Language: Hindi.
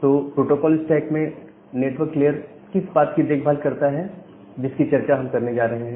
तो प्रोटोकोल स्टैक में नेटवर्क लेयर किस बात की देखभाल करता है जिसकी चर्चा हम करने जा रहे हैं